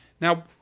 Now